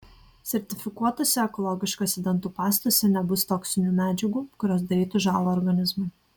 sertifikuotose ekologiškose dantų pastose nebus toksinių medžiagų kurios darytų žąlą organizmui